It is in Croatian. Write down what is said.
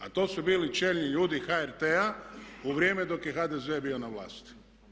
A to su bili čelni ljudi HRT-a u vrijeme dok je HDZ bio na vlasti.